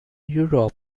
europe